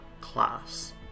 class